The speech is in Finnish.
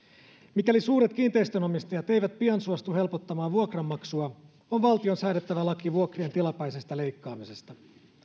mikäli suuret kiinteistönomistajat eivät pian suostu helpottamaan vuokranmaksua on valtion säädettävä laki vuokrien tilapäisestä leikkaamisesta